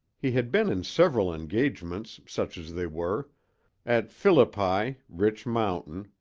he had been in several engagements, such as they were at philippi, rich mountain,